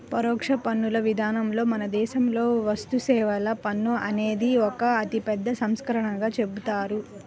పరోక్ష పన్నుల విధానంలో మన దేశంలో వస్తుసేవల పన్ను అనేది ఒక అతిపెద్ద సంస్కరణగా చెబుతారు